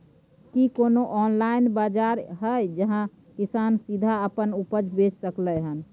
की कोनो ऑनलाइन बाजार हय जहां किसान सीधा अपन उपज बेच सकलय हन?